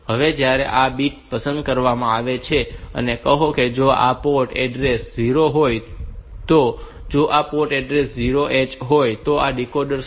હવે જ્યારે આ બીટ પસંદ કરવામાં આવે છે અને કહો કે જો આ પોર્ટ એડ્રેસ 0 હોય તો જો આ પોર્ટ એડ્રેસ 0 H હોય તો આ ડીકોડર શું કરશે